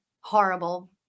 horrible